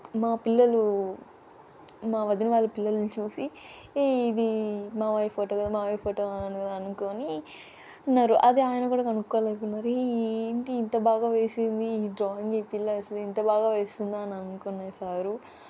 మా పిల్లలు మా వదిన వాళ్ళ పిల్లల్ని చూసి ఏ ఇది మామయ్య ఫోటో కదా మామయ్య ఫోటో కదా అనుకొని అన్నారు అది ఆయన కూడా కనుక్కోలేకున్నారు ఏ ఏంటి ఇంత బాగా వేసింది ఈ డ్రాయింగ్ ఈ పిల్ల వేసింది ఇంత బాగా వేస్తుందా అని అనుకునేశారు